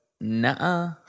nah